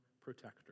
protector